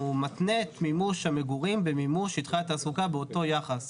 מתנה את מימוש המגורים במימוש שטחי התעסוקה באותו יחס.